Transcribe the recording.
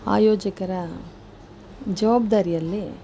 ಆಯೋಜಕರ ಜವಾಬ್ದಾರಿಯಲ್ಲಿ